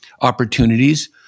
opportunities